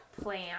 plan